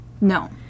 No